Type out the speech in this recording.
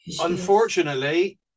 Unfortunately